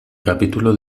capítulo